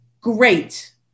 Great